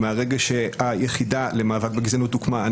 ומרגע שהיחידה למאבק בגזענות הוקמה,